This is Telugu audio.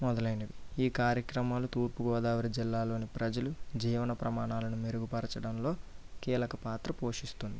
మొదలైనవి ఈ కార్యక్రమాలు తూర్పుగోదావరి జిల్లాలోని ప్రజలు జీవన ప్రమాణాలను మెరుగుపరచడంలో కీలక పాత్ర పోషిస్తుంది